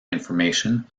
information